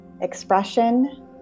expression